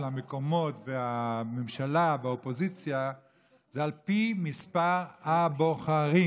המקומות והממשלה האופוזיציה זה על פי מספר הבוחרים,